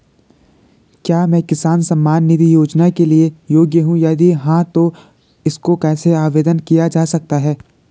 क्या मैं किसान सम्मान निधि योजना के लिए योग्य हूँ यदि हाँ तो इसको कैसे आवेदन किया जा सकता है?